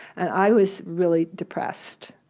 and i was really depressed,